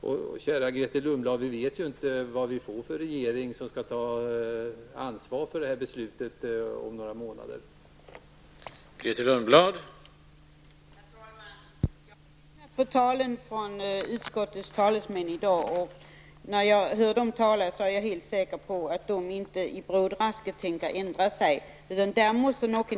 Men, kära Grethe Lundblad, vi vet ju inte vad det är för regering som om några månader skall ta ansvar för det som vi nu fattar beslut om.